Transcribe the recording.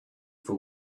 for